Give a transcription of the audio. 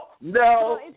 No